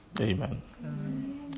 Amen